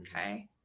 Okay